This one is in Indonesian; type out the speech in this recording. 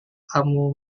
kamu